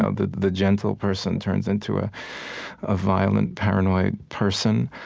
ah the the gentle person turns into a ah violent, paranoid person.